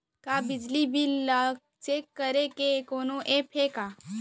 का बिजली बिल ल चेक करे के कोनो ऐप्प हे का?